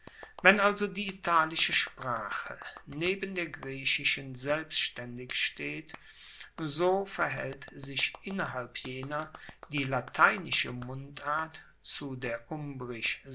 wenn also die italische sprache neben der griechischen selbstaendig steht so verhaelt sich innerhalb jener die lateinische mundart zu der